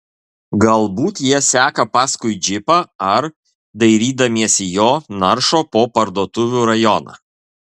galbūt jie seka paskui džipą ar dairydamiesi jo naršo po parduotuvių rajoną